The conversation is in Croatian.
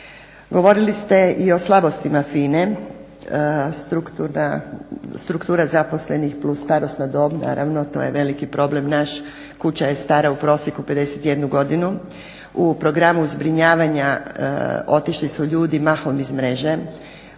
Govorili ste i o slabostima FINA-e, struktura zaposlenih + starosna dob. Naravno to je veliki problem naš. Kuća je stara u prosjeku 51 godinu. U programu zbrinjavanja otišli su ljudi mahom iz mreže,